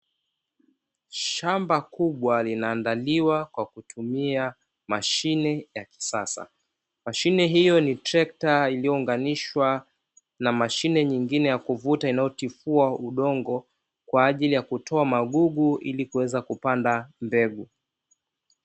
Shamba kubwa linaandaliwa kwa kutumia mashine ya kisasa. Mashine hiyo ni trekta iliyounganishwa na mashine nyingine ya kuvuta inayotifua udongo kwa ajili ya kutoa magugu ili kuweza kupanda mbegu.